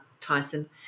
Tyson